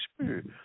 Spirit